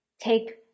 take